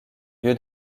lieu